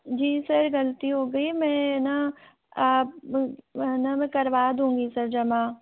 जी sir गलती हो गई है मैं न अब है न करवा दूंगी सर जमा